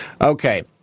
Okay